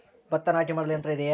ಭತ್ತ ನಾಟಿ ಮಾಡಲು ಯಂತ್ರ ಇದೆಯೇ?